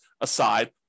aside